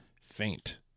Faint